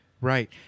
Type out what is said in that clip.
Right